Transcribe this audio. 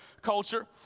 culture